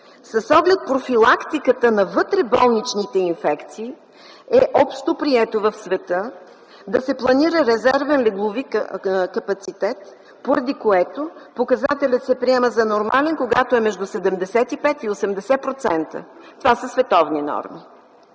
С оглед профилактиката на вътреболничните инфекции е общоприето в света да се планира резервен леглови капацитет, поради което показателят се приема за нормален, когато е между 75 и 80% – това са световни норми.